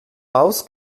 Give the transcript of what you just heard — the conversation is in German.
aus